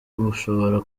mushobora